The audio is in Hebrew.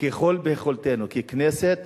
ככל יכולתנו, ככנסת,